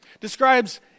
describes